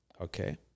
Okay